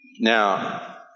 Now